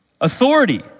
authority